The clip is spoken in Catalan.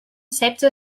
setze